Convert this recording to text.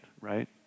right